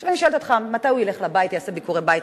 עכשיו אני שואלת אותך: מתי הוא ילך לבית ויעשה ביקורי-בית?